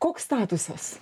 koks statusas